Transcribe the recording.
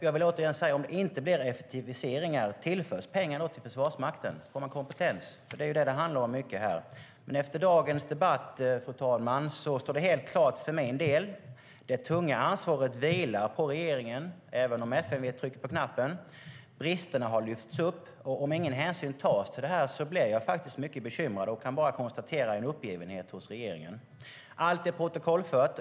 Jag vill återigen fråga: Om det inte blir effektiviseringar, tillförs pengar till Försvarsmakten? Får man kompetens? Det är ju det som det mycket handlar om här. Efter dagens debatt, fru talman, står det helt klart för min del att det tunga ansvaret vilar på regeringen, även om FMV trycker på knappen. Bristerna har lyfts upp. Om ingen hänsyn tas till detta blir jag mycket bekymrad och kan bara konstatera att det finns en uppgivenhet hos regeringen. Allt är protokollfört.